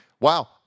wow